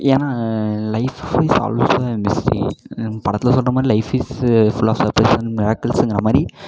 ஏன்னா life is always I'm busy படத்தில் சொல்லுற மாதிரி life is full of surprise and மிராக்கிள்ஸுங்கிற மாதிரி